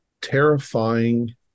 terrifying